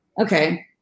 okay